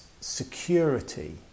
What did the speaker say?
security